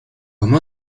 comme